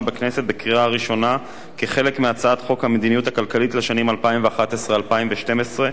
כחלק מהצעת חוק המדיניות הכלכלית לשנים 2011 ו-2012 (תיקוני חקיקה),